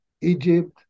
Egypt